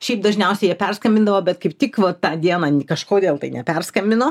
šiaip dažniausiai jie perskambindavo bet kaip tik va tą dieną kažkodėl tai neperskambino